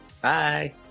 Bye